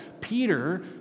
Peter